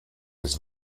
des